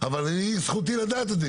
אבל אני זכותי לדעת את זה,